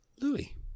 Louis